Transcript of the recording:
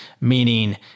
meaning